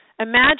Imagine